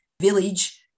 village